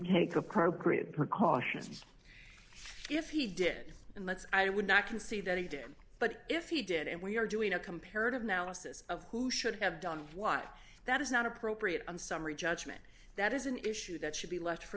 take appropriate precautions if he did and let's i would not conceive that he did but if he did and we are doing a comparative analysis of who should have done what that is not appropriate on summary judgment that is an issue that should be left for